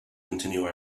continue